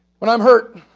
when i'm hurt,